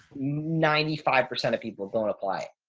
ninety five percent of people don't apply it.